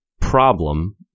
problem